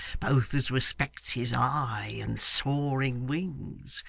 both as respects his eye and soaring wings.